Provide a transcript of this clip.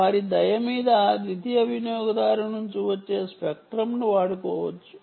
వారి దయ మీద ద్వితీయ వినియోగదారు నుంచి వచ్చే స్పెక్ట్రమ్ ను వాడుకోవచ్చు